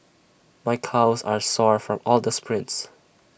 my calves are sore from all the sprints